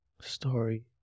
story